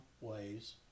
ways